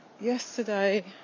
Yesterday